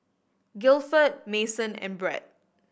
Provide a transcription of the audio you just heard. Gilford Mason and Bret